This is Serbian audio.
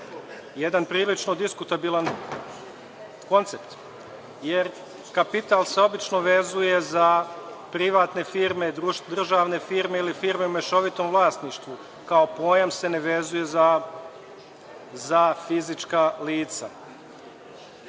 jedan prilično diskutabilan koncept. Jer, kapital se obično vezuje za privatne firme, državne firme ili firme u mešovitom vlasništvu. Kao pojam se ne vezuje za fizička